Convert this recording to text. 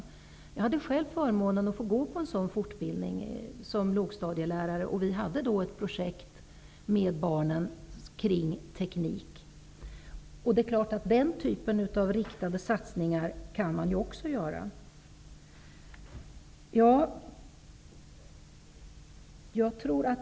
Som lågstadielärare hade jag själv förmånen att få gå på en sådan fortbildning, och vi hade då ett projekt med barnen kring teknik. Det är klart att den typen av riktade satsningar också kan användas.